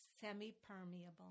semi-permeable